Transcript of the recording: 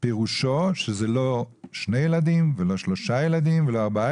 פירושו שזה לא שני ילדים ולא שלושה ילדים ולא ארבעה